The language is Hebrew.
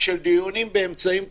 של דיונים באמצעים טכנולוגים,